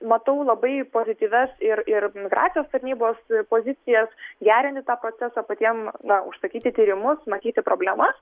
matau labai pozityvias ir ir migracijos tarnybos pozicijas gerinti tą procesą patiem na užsakyti tyrimus matyti problemas